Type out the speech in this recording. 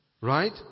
Right